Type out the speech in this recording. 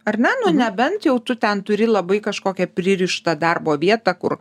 ar ne nu nebent jau tu ten turi labai kažkokią pririštą darbo vietą kur